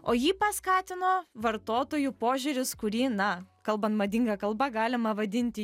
o jį paskatino vartotojų požiūris kurį na kalban madinga kalba galima vadinti